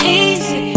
easy